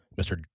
Mr